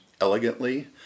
elegantly